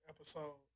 episode